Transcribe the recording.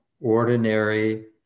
ordinary